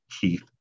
Keith